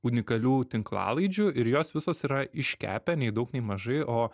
unikalių tinklalaidžių ir jos visos yra iškepę nei daug nei mažai o